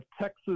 Texas